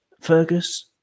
Fergus